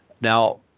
Now